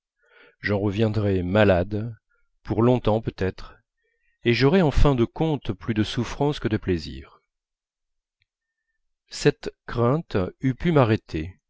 j'en reviendrais malade pour longtemps peut-être et j'aurais en fin de compte plus de souffrance que de plaisir cette crainte eût pu m'arrêter